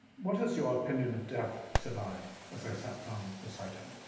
what is your opinion of death? said i as i set down beside him.